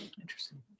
Interesting